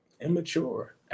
immature